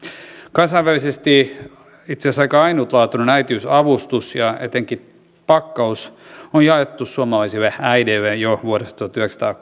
kansainvälisesti itse asiassa aika ainutlaatuinen äitiysavustus ja etenkin pakkaus on jaettu suomalaisille äideille jo vuodesta vuodesta